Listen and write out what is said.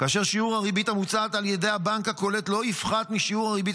כאשר שיעור הריבית המוצעת על ידי הבנק הקולט לא יפחת משיעור הריבית